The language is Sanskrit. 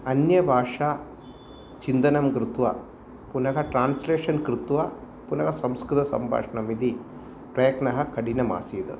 अन्यभाषा चिन्तनं कृत्वा पुनः ट्रान्स्लेषन् कृत्वा पुनः संस्कृतसम्भाषणमिती प्रयत्नः कठिनम् आसीत्